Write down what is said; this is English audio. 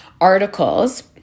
articles